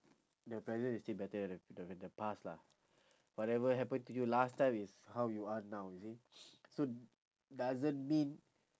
the present is still better than than with the past lah whatever happen to you last time is how you are now you see so doesn't mean